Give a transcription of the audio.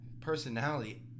personality